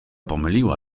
pomyliła